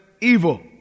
evil